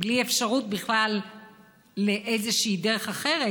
בלי אפשרות בכלל לאיזושהי דרך אחרת,